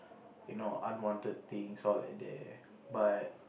you know unwanted things all like there but